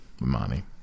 money